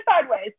sideways